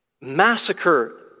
massacre